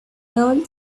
old